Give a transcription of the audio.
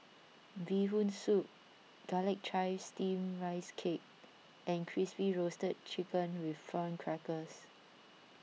Bee Hoon Soup Garlic Chives Steamed Rice Cake and Crispy Roasted Chicken with Prawn Crackers